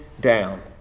down